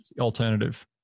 alternative